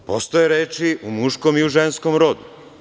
Postoje reči u muškom i u ženskom rodu.